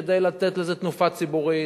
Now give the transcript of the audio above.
כדי לתת לזה תנופה ציבורית,